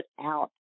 out